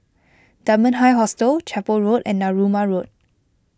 Dunman High Hostel Chapel Road and Narooma Road